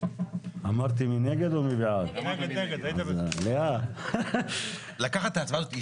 הצבעה לא אושר.